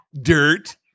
dirt